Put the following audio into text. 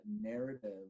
narrative